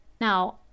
Now